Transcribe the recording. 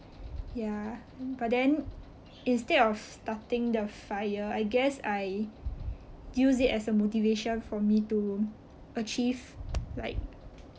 ya but then instead of starting the fire I guess I use it as a motivation for me to achieve like